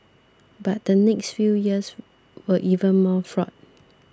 but the next few years were even more fraught